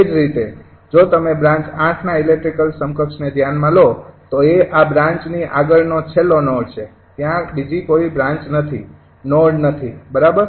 એ જ રીતે જો તમે બ્રાન્ચ ૮ ના ઇલેક્ટ્રિકલ સમકક્ષને ધ્યાનમાં લો તો તે આ બ્રાન્ચની આગળનો છેલ્લો નોડ છે ત્યાં બીજી કોઈ બ્રાન્ચ નથી નોડ નથી બરાબર